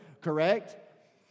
correct